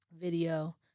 video